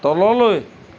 তললৈ